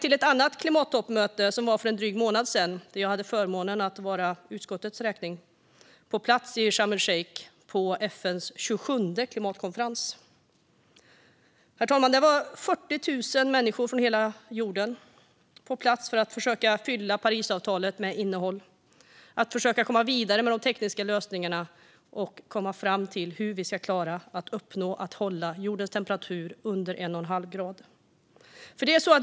Vid ett annat klimattoppmöte, för en dryg månad sedan, hade jag förmånen att för utskottets räkning närvara i Sharm el-Sheikh på FN:s 27:e klimatkonferens. Där var 40 000 människor från hela jorden på plats för att försöka fylla Parisavtalet med innehåll, komma vidare med de tekniska lösningarna och komma fram till hur man ska klara att uppnå att hålla jordens uppvärmning under 1,5 grader.